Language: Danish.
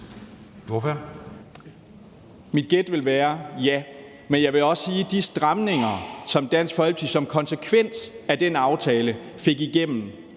Mit gæt vil være: Ja. Men jeg vil også sige, at de stramninger, som Dansk Folkeparti som konsekvens af den aftale fik igennem,